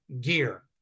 Gear